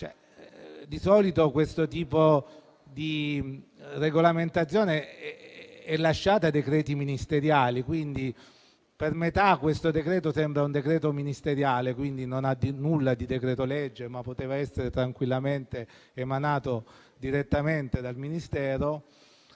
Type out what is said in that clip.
Di solito, però, questo tipo di regolamentazione è lasciata ai decreti ministeriali, quindi per metà il provvedimento in esame sembra un decreto ministeriale e non ha nulla del decreto-legge, ma poteva essere tranquillamente emanato direttamente dal Ministero.